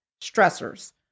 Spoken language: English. stressors